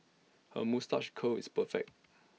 her moustache curl is perfect